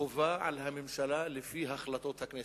חובה על הממשלה, לפי החלטות הכנסת.